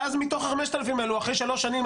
ואז מתוך ה-5,000 האלה אחרי 3 שנים,